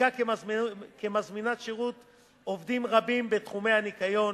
מעסיקה כמזמינת שירות עובדים רבים בתחומי ניקיון,